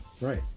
Right